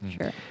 Sure